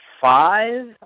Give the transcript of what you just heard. five